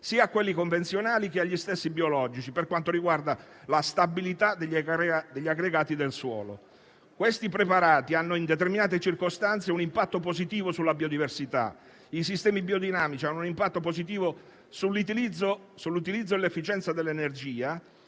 sia quelli convenzionali, sia gli stessi biologici, per quanto riguarda la stabilità degli aggregati del suolo. Questi preparati, in determinate circostanze, hanno un impatto positivo sulla biodiversità. I sistemi biodinamici hanno un impatto positivo sull'utilizzo e sull'efficienza dell'energia,